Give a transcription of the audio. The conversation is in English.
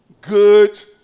good